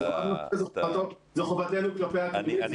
זה חובתנו כלפי התלמיד,